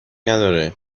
نداره